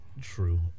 true